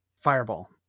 Fireball